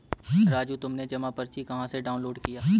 राजू तुमने जमा पर्ची कहां से डाउनलोड किया?